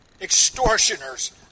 extortioners